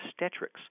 obstetrics